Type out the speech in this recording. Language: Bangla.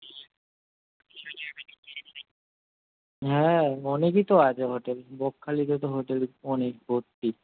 হ্যাঁ অনেকই তো আছে হোটেল বকখালিতে তো হোটেল অনেক ভর্তি